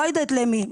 לא יודעת למי,